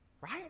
right